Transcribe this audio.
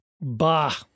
Bah